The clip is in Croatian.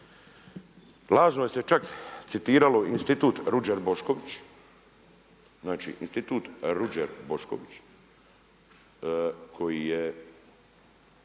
lažno se čak citiralo Institut Ruđer Bošković, znači